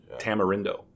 Tamarindo